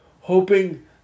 hoping